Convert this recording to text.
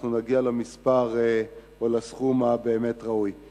אנחנו נגיע למספר או לסכום הראוי באמת.